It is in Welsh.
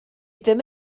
ddim